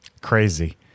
crazy